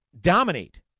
dominate